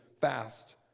fast